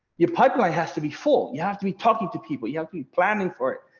your pipeline has to be full, you have to be talking to people, you have to be planning for it.